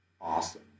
awesome